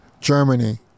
Germany